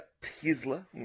Tesla